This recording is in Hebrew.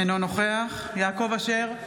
אינו נוכח יעקב אשר,